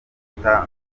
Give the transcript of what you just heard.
gufata